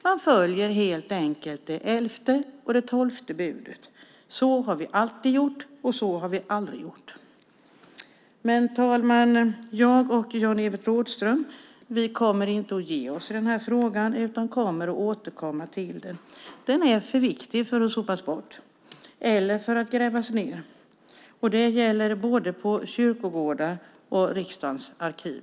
Man följer helt enkelt det elfte och det tolfte budet: Så har vi alltid gjort, och så har vi aldrig gjort. Herr talman! Jag och Jan-Evert Rådhström kommer inte att ge oss i den här frågan utan kommer att återkomma till den. Den är för viktig för att sopas bort eller för att grävas ned - det gäller både på kyrkogårdar och i riksdagens arkiv.